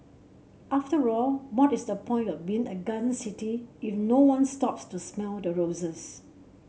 after all what is the point of being a garden city if no one stops to smell the roses